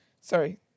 Sorry